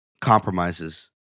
compromises